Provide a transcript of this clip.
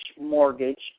mortgage